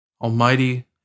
Almighty